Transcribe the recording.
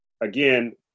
again